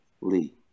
Lee